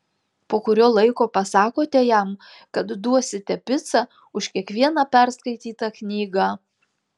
po kurio laiko pasakote jam kad duosite picą už kiekvieną perskaitytą knygą